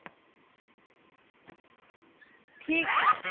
ठीक छै